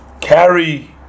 carry